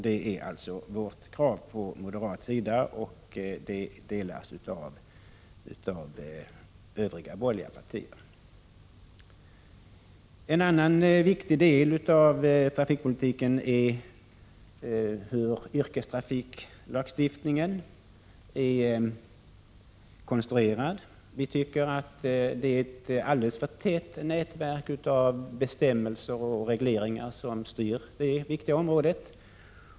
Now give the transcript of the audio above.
Det är alltså kravet från moderat sida och det delas av Övriga borgerliga partier. En annan viktig del av trafikpolitiken gäller hur yrkestrafiklagstiftningen är konstruerad. Vi tycker att det är ett alldeles för tätt nätverk av bestämmelser och regleringar som styr detta viktiga område.